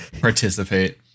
Participate